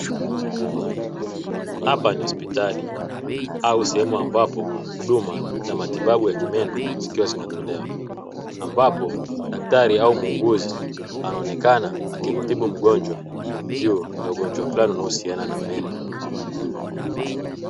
Hapa ni hospitali au sehemu ambapo huduma za matibabu ya kimeno zikiwa zinatolewa , ambapo daktari au muuguzi anaonekana akimtibu mgonjwa juu ya ugonjwa fulani unaohusiana na meno.